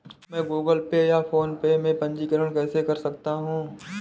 मैं Google Pay या PhonePe में पंजीकरण कैसे कर सकता हूँ?